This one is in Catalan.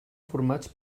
formats